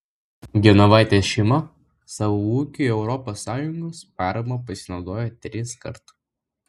genovaitės šeima savo ūkiui europos sąjungos parama pasinaudojo triskart